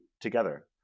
together